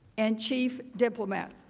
and chief diplomat.